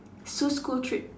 Sue's school trip